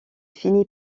finit